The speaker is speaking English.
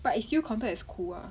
but it's still contact is cool ah